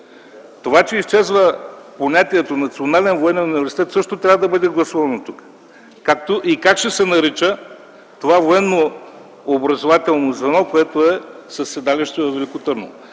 Това, че изчезва понятието „Национален военен университет”, също трябва да бъде гласувано тук, както и как ще се нарича това военно образователно звено, което е със седалище във Велико Търново.